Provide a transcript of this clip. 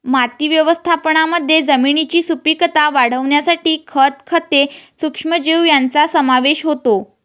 माती व्यवस्थापनामध्ये जमिनीची सुपीकता वाढवण्यासाठी खत, खते, सूक्ष्मजीव यांचा समावेश होतो